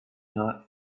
not